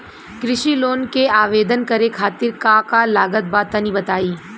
कृषि लोन के आवेदन करे खातिर का का लागत बा तनि बताई?